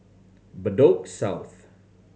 Bedok South